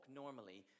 normally